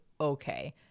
okay